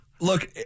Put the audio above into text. Look